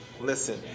listen